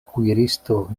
kuiristo